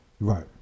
Right